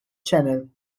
channel